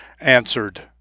answered